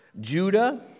Judah